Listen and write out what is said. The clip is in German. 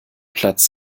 platz